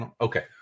Okay